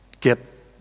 get